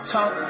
Talk